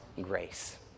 grace